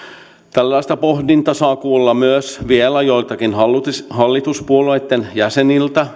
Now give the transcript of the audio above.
tällaista pohdintaa saa kuulla myös vielä joiltakin hallituspuolueitten jäseniltä